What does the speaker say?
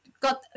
got